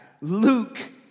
Luke